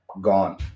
gone